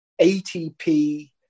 ATP